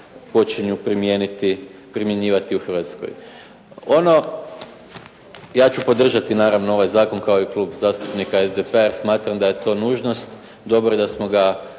počinju primjenjivati u Hrvatskoj. Ono, ja ću podržati naravno ovaj zakon kao i klub zastupnika SDP-a, jer smatram da je to nužnost, dobro je da smo ga,